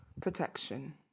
protection